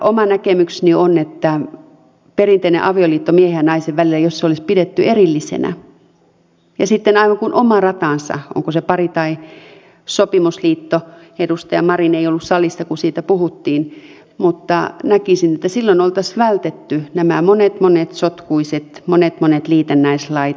oma näkemykseni on että jos perinteinen avioliitto miehen ja naisen välillä olisi pidetty erillisenä ja sitten aivan kuin oma ratansa onko se pari tai sopimusliitto edustaja marin ei ollut silloin salissa kun siitä puhuttiin näkisin että silloin oltaisiin vältetty nämä monet monet sotkuiset liitännäislait